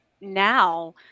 now